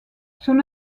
son